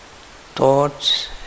thoughts